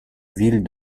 ville